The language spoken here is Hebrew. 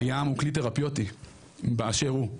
הים הוא כלי תרפויטי באשר הוא,